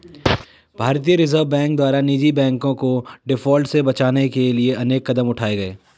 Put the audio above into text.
भारतीय Reserve Bank द्वारा निजी बैंकों को डिफॉल्ट से बचाने के लिए अनेक कदम उठाए गए